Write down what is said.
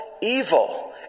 evil